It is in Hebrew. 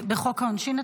אתה מתכוון, בחוק העונשין?